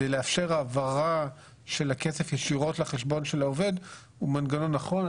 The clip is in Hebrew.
על מנת לאפשר העברה של הכסף ישירות לחשבון של העובד הוא מנגנון נכון.